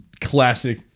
classic